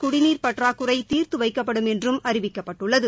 குடிநீர் பற்றாக்குறை தீர்த்து வைக்கப்படும் என்றும் அறிவிக்கப்பட்டுள்ளது